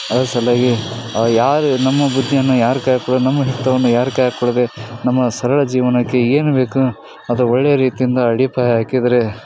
ಅದ್ರ ಸಲುವಾಗಿ ಅವು ಯಾರು ನಮ್ಮ ಬುದ್ಧಿಯನ್ನು ಯಾರು ಕೈ ಹಾಕಿದ್ರು ನಮ್ಮ ಹಿಡಿತವನ್ನು ಯಾರ ಕೈಯ್ಯಾಗ ಕೊಡದೇ ನಮ್ಮ ಸರಳ ಜೀವನಕ್ಕೆ ಏನು ಬೇಕೋ ಅದು ಒಳ್ಳೆ ರೀತಿಯಿಂದ ಅಡಿಪಾಯ ಹಾಕಿದರೆ